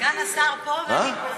סגן השר פה ואני פה.